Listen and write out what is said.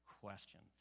questions